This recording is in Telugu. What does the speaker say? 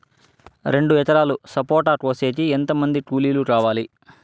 రెండు ఎకరాలు సపోట కోసేకి ఎంత మంది కూలీలు కావాలి?